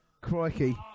crikey